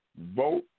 Vote